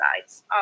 sides